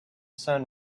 sun